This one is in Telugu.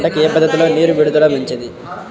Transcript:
మిరప పంటకు ఏ పద్ధతిలో నీరు విడుదల మంచిది?